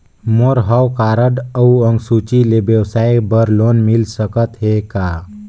मोर हव कारड अउ अंक सूची ले व्यवसाय बर मोला लोन मिल सकत हे का?